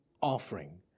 offering